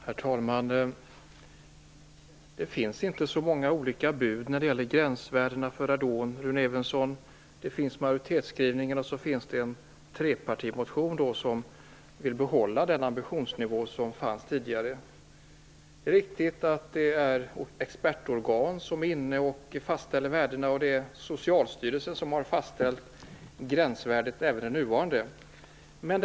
Herr talman! Det finns inte så många olika bud när det gäller gränsvärdena för radon, Rune Evensson! Vad som finns är en majoritetsskrivning och en trepartimotion, där man säger att man vill behålla tidigare ambitionsnivå. Det är riktigt att expertorgan fastställer värdena. Socialstyrelsen har fastställt även det nuvarande gränsvärdet.